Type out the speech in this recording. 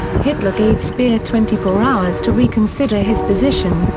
hitler gave speer twenty four hours to reconsider his position,